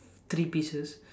three pieces